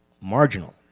Marginal